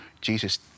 Jesus